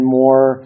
more